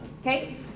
okay